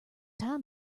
time